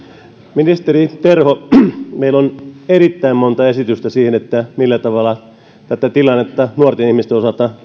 ministeri terho meillä on erittäin monta esitystä siihen millä tavalla tilannetta muun muassa nuorten ihmisen osalta